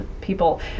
people